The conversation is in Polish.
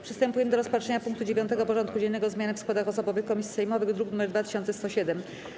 Przystępujemy do rozpatrzenia punktu 9. porządku dziennego: Zmiany w składach osobowych komisji sejmowych (druk nr 2107)